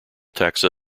taxa